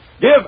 Give